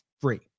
free